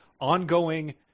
ongoing